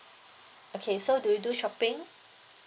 okay so do you do shopping